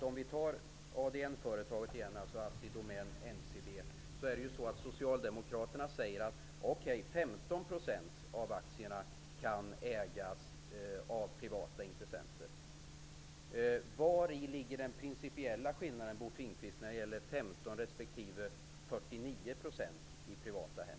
Om vi tar ADN-företagen igen -- ASSI, Domän, Finnkvist, ligger den prinipiella skillnaden mellan